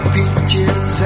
Peaches